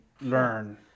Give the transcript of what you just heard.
learn